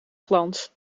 glans